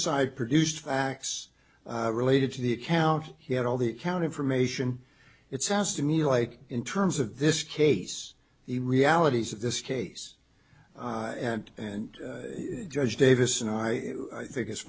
side produced facts related to the account he had all the account information it sounds to me like in terms of this case the realities of this case and and judge davis and i think